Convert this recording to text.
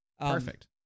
Perfect